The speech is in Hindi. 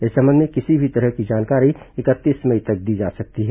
इस संबंध में किसी भी तरह की जानकारी इकतीस मई तक दी जा सकती है